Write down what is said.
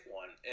one